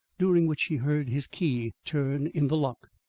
during which she heard his key turn in the lock,